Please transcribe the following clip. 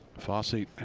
fassi,